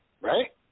right